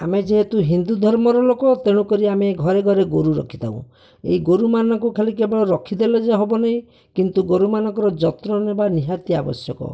ଆମେ ଯେହେତୁ ହିନ୍ଦୁ ଧର୍ମର ଲୋକ ତେଣୁକରି ଆମେ ଘରେ ଘରେ ଗୋରୁ ରଖିଥାଉ ଏଇ ଗୋରୁମାନଙ୍କୁ ଖାଲି କେବଳ ରଖିଦେଲେ ଯେ ହେବନି କିନ୍ତୁ ଗୋରୁମାନଙ୍କର ଯତ୍ନ ନେବା ନିହାତି ଆବଶ୍ୟକ